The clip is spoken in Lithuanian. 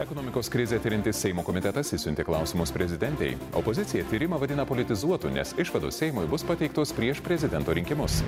ekonomikos krizę tiriantis seimo komitetas išsiuntė klausimus prezidentei opozicija tyrimą vadina politizuotu nes išvados seimui bus pateiktos prieš prezidento rinkimus